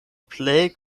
plej